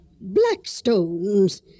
Blackstone's